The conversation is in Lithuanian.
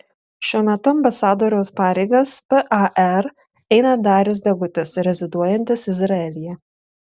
šiuo metu ambasadoriaus pareigas par eina darius degutis reziduojantis izraelyje